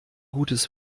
gutes